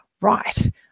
right